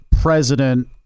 president